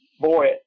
boy